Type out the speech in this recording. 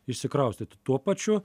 išsikraustyti tuo pačiu